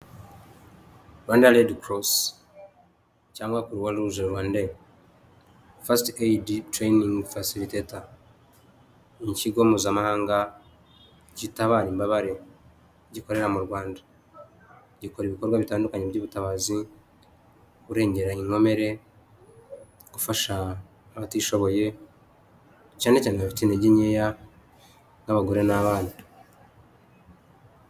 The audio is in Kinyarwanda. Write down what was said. Rwanda redi korose, cyangwa kuruwaruje Rwande, fasiti eyidi tereyiningi fasiriteta, ikigo mpuzamahanga gitabara imbabare gikorera mu Rwanda, gikora ibikorwa bitandukanye by'ubutabazi kurengera inkomere, gufasha abatishoboye, cyane cyane bafite intege nkeya nk'abagore n'abana.